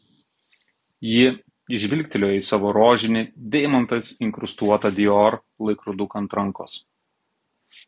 ji žvilgtelėjo į savo rožinį deimantais inkrustuotą dior laikroduką ant rankos